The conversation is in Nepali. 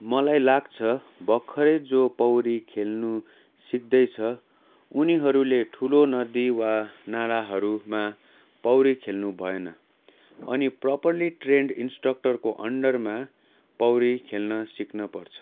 मलाई लाग्छ भर्खरै जो पौडी खेल्नु सिक्दैछ उनीहरूले ठुलो नदी वा नालाहरूमा पौडी खेल्नु भएन अनि प्रपरली ट्रेन्ड इन्स्ट्रक्टरको अन्डरमा पौडी खेल्न सिक्न पर्छ